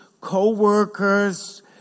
co-workers